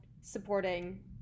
supporting